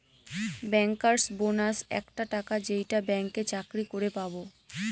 bankers bonus একটা টাকা যেইটা ব্যাঙ্কে চাকরি করে পাবো